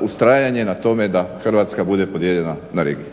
ustrajanje na tome da Hrvatska bude podijeljena na regije.